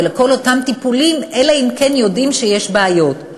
ולכן אותם טיפולים, אלא אם כן יודעים שיש בעיות,